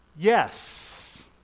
Yes